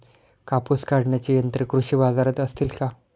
कापूस काढण्याची यंत्रे कृषी बाजारात असतील का?